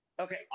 Okay